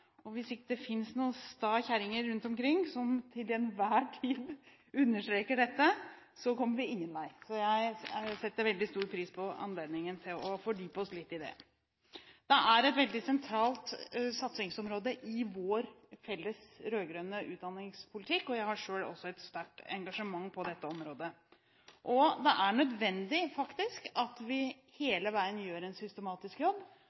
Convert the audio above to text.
og hvis det ikke fins noen sta kjerringer rundt omkring som til enhver tid understreker dette, kommer vi ingen vei. Så jeg setter veldig stor pris på anledningen vi har til å fordype oss litt i det. Det er et veldig sentralt satsingsområde i vår felles rød-grønne utdanningspolitikk, og jeg har selv også et sterkt engasjement på dette området. Det er nødvendig at vi hele veien gjør en systematisk jobb